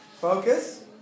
Focus